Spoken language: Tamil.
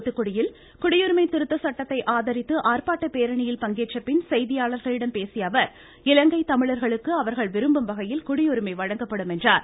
துாத்துகுடியில் குடியுரிமை திருத்த சட்டத்தை பேரணியில் பங்கேற்ற பின் செய்தியாளர்களிடம் பேசிய அவர் இலங்கை தமிழர்களுக்கு அவர்கள் விரும்பும் வகையில் குடியுரிமை வழங்கப்படும் என்றார்